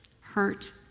hurt